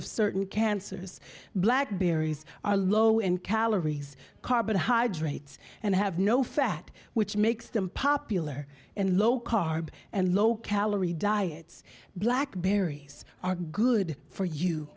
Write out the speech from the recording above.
of certain cancers black berries are low in calories carbohydrates and have no fat which makes them popular and low carb and low calorie diets black berries are good for you